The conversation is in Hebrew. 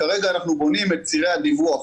כרגע אנחנו בונים את צירי הדיווח.